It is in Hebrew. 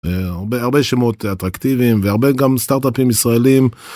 הרבה שמות אטרקטיביים והרבה גם סטארט-אפים ישראלים.